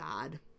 God